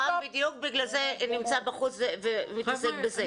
רם בדיוק בגלל זה נמצא בחוץ ומתעסק בזה.